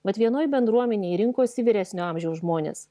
vat vienoj bendruomenėj rinkosi vyresnio amžiaus žmonės